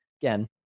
Again